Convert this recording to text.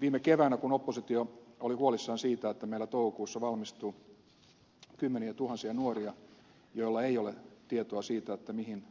viime keväänä kun oppositio oli huolissaan siitä että meillä toukokuussa valmistuu kymmeniätuhansia nuoria joilla ei ole tietoa siitä mihin